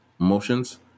Emotions